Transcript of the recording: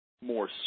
more